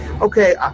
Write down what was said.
okay